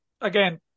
again